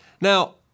Now